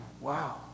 Wow